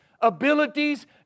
abilities